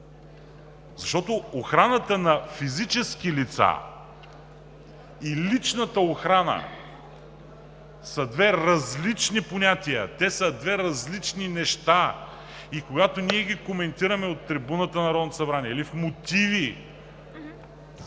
защото охраната на физически лица и личната охрана са две различни понятия, те са две различни неща и когато ние ги коментираме от трибуната на Народното събрание или в мотиви